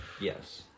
Yes